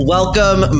Welcome